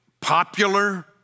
popular